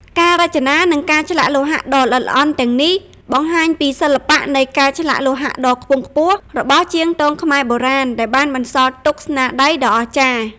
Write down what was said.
ការរចនា និងការឆ្លាក់លោហៈដ៏ល្អិតល្អន់ទាំងនេះ បង្ហាញពី សិល្បៈនៃការឆ្លាក់លោហៈដ៏ខ្ពង់ខ្ពស់ របស់ជាងទងខ្មែរបុរាណ ដែលបានបន្សល់ទុកស្នាដៃដ៏អស្ចារ្យ។